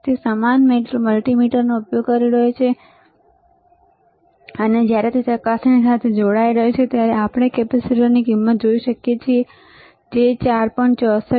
તે સમાન મલ્ટિમીટરનો ઉપયોગ કરી રહ્યો છે અને જ્યારે તે ચકાસણી સાથે જોડાઈ રહ્યો છે ત્યારે આપણે કેપેસિટરની કિંમત જોઈ શકીએ છીએ જે 464